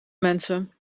mensen